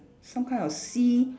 some kind of sea